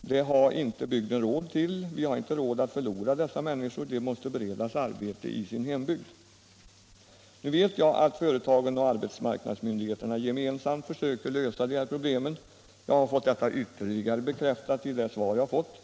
Det har inte bygden råd till. Vi har inte råd att förlora dessa människor, de måste beredas arbete i sin hembygd. Nu vet jag att företagen och arbetsmarknadsmyndigheterna gemensamt försöker lösa de här problemen -— jag har fått detta ytterligare bekräftat i det svar statsrådet lämnat.